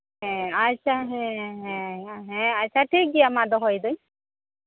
ᱦᱮᱸ ᱟᱪᱪᱷᱟ ᱦᱮᱸ ᱦᱮᱸ ᱟᱪᱪᱷᱟ ᱴᱷᱤᱠ ᱜᱮᱭᱟ ᱢᱟ ᱫᱚᱦᱚᱭᱮᱫᱟᱹᱧ